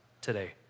today